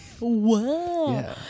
wow